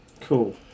Cool